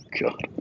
God